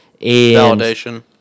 validation